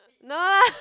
no